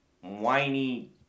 whiny